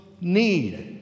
need